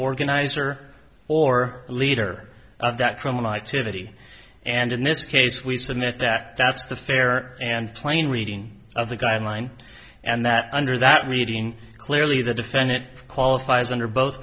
organizer or leader of that criminal activity and in this case we submit that that's a fair and plain reading of the guideline and that under that reading clearly the defendant qualifies under both